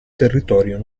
territorio